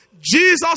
Jesus